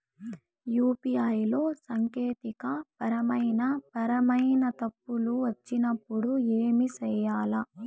UPI లో సాంకేతికపరమైన పరమైన తప్పులు వచ్చినప్పుడు ఏమి సేయాలి